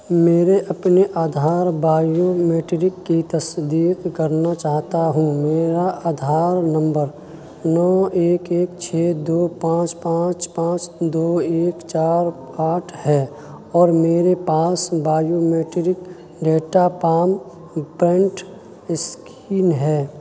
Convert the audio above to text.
میرے اپنے آدھار بائیومیٹرک کی تصدیق کرنا چاہتا ہوں میرا آدھار نمبر نو ایک ایک چھ دو پانچ پانچ پانچ دو ایک چار آٹھ ہے اور میرے پاس بائیومیٹرک ڈیٹا پان پینٹ اسکین ہے